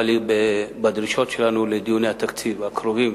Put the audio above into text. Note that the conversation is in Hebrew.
אבל בדרישות שלנו לדיוני התקציב הקרובים,